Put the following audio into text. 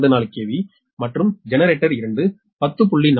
24 KV மற்றும் generator 2 10